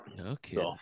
Okay